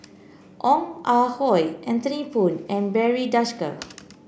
Ong Ah Hoi Anthony Poon and Barry Desker